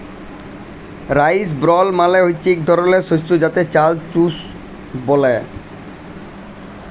rice ব্রল মালে হচ্যে ইক ধরলের শস্য যাতে চাল চুষ ব্যলে